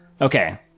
okay